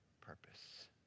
purpose